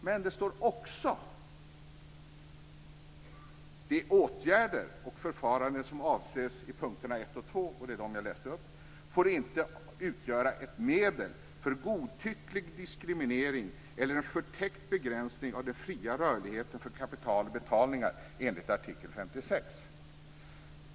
Men det står också: "De åtgärder och förfaranden som avses i punkterna 1 och 2 får inte utgöra ett medel för godtycklig diskriminering eller en förtäckt begränsning av den fria rörligheten för kapital och betalningar enligt artikel 56."